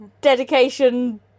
dedication